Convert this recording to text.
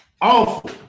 awful